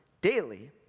daily